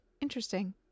Interesting